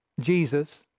Jesus